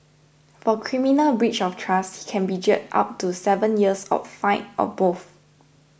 for criminal breach of trust he can be jailed up to seven years or fined or both